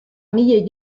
milioi